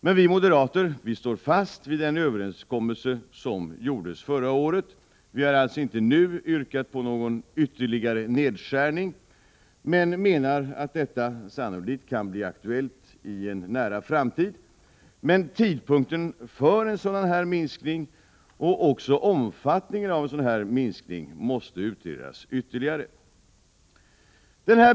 Men vi moderater står fast vid den överenskommelse som gjordes förra året. Vi har alltså inte nu yrkat på några ytterligare nedskärningar, men vi menar att detta sannolikt kan bli aktuellt i en nära framtid. Tidpunkten för en sådan minskning och också omfattningen av minskningen måste utredas ytterligare.